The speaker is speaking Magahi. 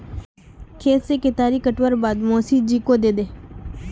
खेत से केतारी काटवार बाद मोसी जी को दे दे